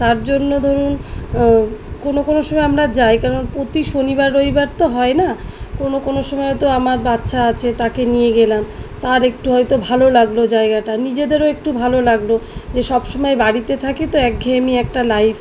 তার জন্য ধরুন কোনো কোনো সময় আমরা যাই কারণ প্রতি শনিবার রবিবার তো হয় না কোনো কোনো সময় হয়তো আমার বাচ্ছা আছে তাকে নিয়ে গেলাম তার একটু হয়তো ভালো লাগলো জায়গাটা নিজেদেরও একটু ভালো লাগলো যে সব সময় বাড়িতে থাকি তো একঘেয়েমি একটা লাইফ